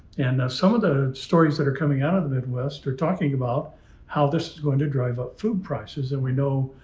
and some of the ah stories that are coming out of the midwest are talking about how this is going to drive up food prices. and we know,